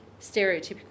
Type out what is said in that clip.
stereotypical